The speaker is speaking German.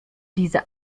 diese